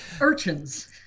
urchins